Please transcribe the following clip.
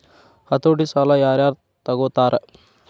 ಹತೋಟಿ ಸಾಲಾ ಯಾರ್ ಯಾರ್ ತಗೊತಾರ?